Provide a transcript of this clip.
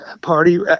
Party